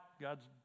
God's